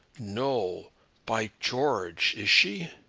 no by george, is she?